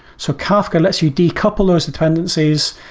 so kafka lets you decouple those dependencies.